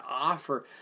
offer